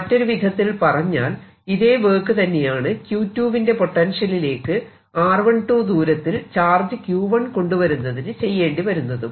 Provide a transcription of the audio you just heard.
മറ്റൊരുവിധത്തിൽ പറഞ്ഞാൽ ഇതേ വർക്ക് തന്നെയാണ് Q2 വിന്റെ പൊട്ടൻഷ്യലിലേക്ക് r12 ദൂരത്തിൽ ചാർജ് Q1 കൊണ്ടുവരുന്നതിന് ചെയ്യേണ്ടിവരുന്നതും